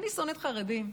אני שונאת חרדים?